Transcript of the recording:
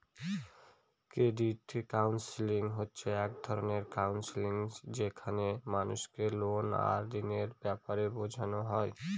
credit counselling হচ্ছে এক রকমের কাউন্সেলিং যেখানে মানুষকে লোন আর ঋণের ব্যাপারে বোঝানো হয়